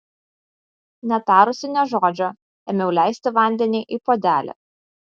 netarusi nė žodžio ėmiau leisti vandenį į puodelį